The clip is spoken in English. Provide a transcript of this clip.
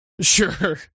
Sure